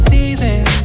Seasons